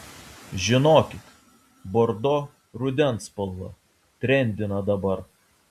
žinokit bordo rudens spalva trendina dabar